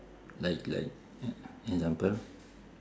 like like example